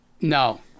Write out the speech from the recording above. no